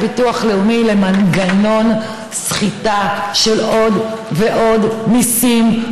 ביטוח לאומי הופך בעצם למנגנון סחיטה של עוד ועוד מיסים,